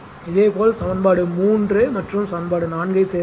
இதேபோல் சமன்பாடு 3 மற்றும் சமன்பாடு 4 ஐ சேர்க்கவும்